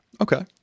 Okay